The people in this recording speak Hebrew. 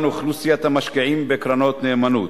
אוכלוסיית המשקיעים בקרנות נאמנות.